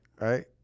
right